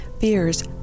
fears